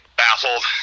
baffled